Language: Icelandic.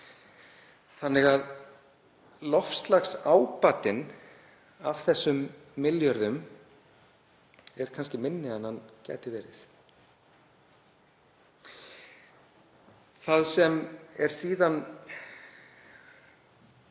þannig að loftslagsábatinn af þessum milljörðum er kannski minni en hann gæti verið. Það sem er síðan